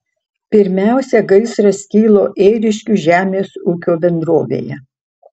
pirmiausia gaisras kilo ėriškių žemės ūkio bendrovėje